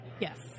yes